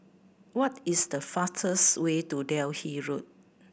what is the fastest way to Delhi Road